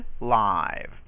live